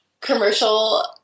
commercial